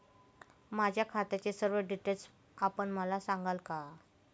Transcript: माझ्या खात्याचे सर्व डिटेल्स आपण मला सांगाल का?